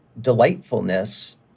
delightfulness